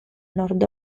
nord